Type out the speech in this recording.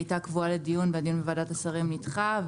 היא הייתה קבועה לדיון והדיון בוועדת השרים נדחה.